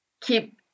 keep